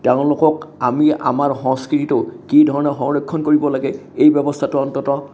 তেওঁলোকক আমি আমাৰ সংস্কৃতিটো কি ধৰণে সংৰক্ষণ কৰিব লাগে এই ব্যৱস্থাটো অন্তত